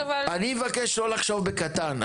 אני מבקש לא לחשוב בקטן.